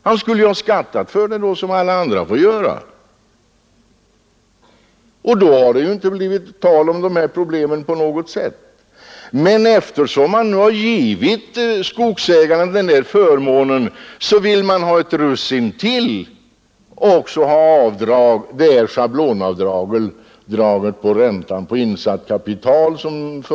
Han skulle ha skattat då liksom alla andra får göra. Då hade det inte på något sätt blivit tal om dessa problem. Men när man nu givit skogsägarna den här förmånen, vill de ha ett russin till i form av schablonavdrag på räntan på insatt kapital.